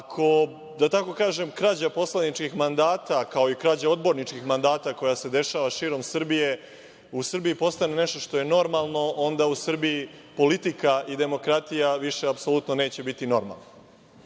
da tako kažem, krađa poslaničkih mandata, kao i krađa odborničkih mandata, koja se dešava širom Srbije u Srbiji postanu nešto što je normalno, onda u Srbiji politika i demokratija više apsolutno neće biti normalna.